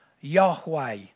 Yahweh